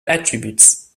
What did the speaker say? attributes